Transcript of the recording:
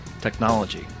technology